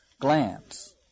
glance